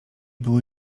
były